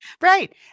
Right